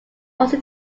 also